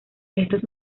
estos